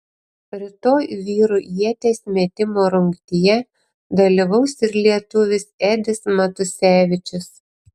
rytoj vyrų ieties metimo rungtyje dalyvaus ir lietuvis edis matusevičius